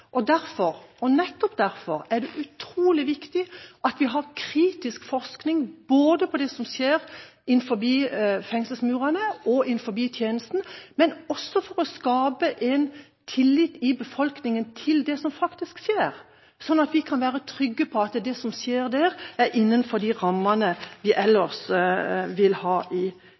Derfor – og nettopp derfor – er det utrolig viktig at vi har kritisk forskning på det som skjer innenfor fengselsmurene og innenfor tjenesten, også for å skape en tillit i befolkningen med tanke på det som faktisk skjer, sånn at vi kan være trygge på at det er innenfor de rammene vi ellers vil ha på vårt justisfelt. Inger Louise Valle var en justisminister som virkelig tok tak i